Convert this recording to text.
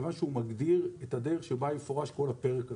מכיוון שהוא מגדיר את הדרך שבה יפורש כל הפרק הזה.